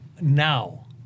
now